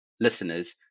listeners